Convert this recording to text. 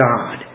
God